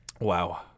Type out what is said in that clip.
Wow